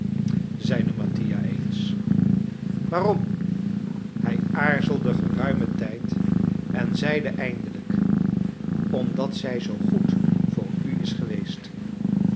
zeide mattia eens waarom hij aarzelde geruimen tijd en zeide eindelijk omdat zij zoo goed voor u is geweest